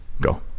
go